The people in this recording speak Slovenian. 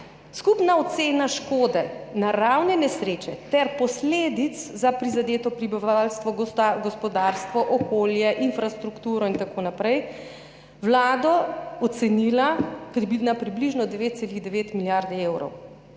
Skupno oceno škode naravne nesreče ter posledic za prizadeto prebivalstvo, gospodarstvo, okolje, infrastrukturo in tako naprej je Vlada ocenila na približno 9,9 milijarde evrov.